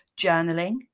journaling